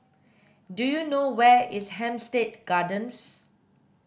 do you know where is Hampstead Gardens